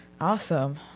Awesome